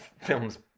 films